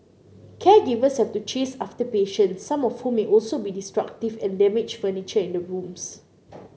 caregivers have to chase after patients some of whom may also be destructive and damage furniture in the rooms